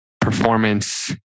performance